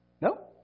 No